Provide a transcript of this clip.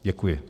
Děkuji.